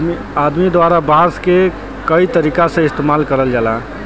आदमी द्वारा बांस क कई तरीका से इस्तेमाल करल जाला